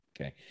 Okay